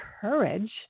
courage